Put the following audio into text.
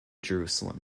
jerusalem